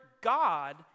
God